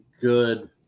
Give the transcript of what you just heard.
good